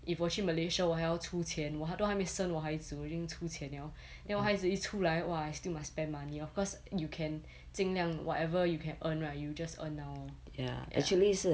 if 我去 malaysia 我还要出钱我都还没生我孩子我就已经出钱 liao then 我孩子一出来 !wah! I still must spend money of course you can 尽量 whatever you can earn right you just earn now lor ya